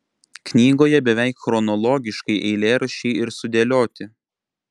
knygoje beveik chronologiškai eilėraščiai ir sudėlioti